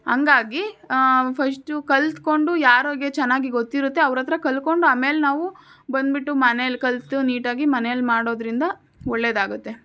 ಹಂಗಾಗಿ ಫಸ್ಟು ಕಲಿತ್ಕೊಂಡು ಯಾರಿಗೆ ಚೆನ್ನಾಗಿ ಗೊತ್ತಿರುತ್ತೆ ಅವರತ್ರ ಕಲ್ತ್ಕೊಂಡು ಆಮೇಲೆ ನಾವು ಬಂದ್ಬಿಟ್ಟು ಮನೆಯಲ್ಲಿ ಕಲಿತು ನೀಟಾಗಿ ಮನೆಯಲ್ಲಿ ಮಾಡೋದರಿಂದ ಒಳ್ಳೆಯದಾಗತ್ತೆ